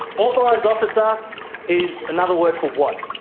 authorised officer is another word for what?